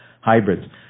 hybrids